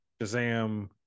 Shazam